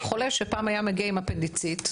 חולה שפעם היה מגיע עם אפנדיציט,